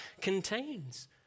contains